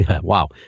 wow